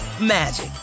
magic